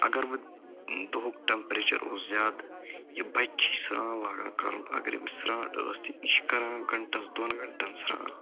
اگر وۄنۍ دُہُک ٹمپریچر اوس زیادٕ یہِ بچہٕ چھُ سرٛان لاگان کرُن اگر یِم سرٛانٛٹھ ٲس تہِ یہِ چھُ کَران گنٛٹس دۄن گنٛٹن سرٛان